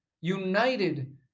united